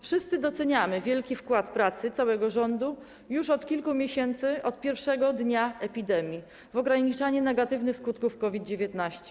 Wszyscy doceniamy wielki wkład pracy całego rządu już od kilku miesięcy, od pierwszego dnia epidemii w ograniczanie negatywnych skutków COVID-19.